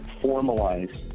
formalize